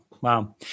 Wow